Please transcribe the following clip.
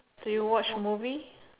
do you watch movie